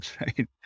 right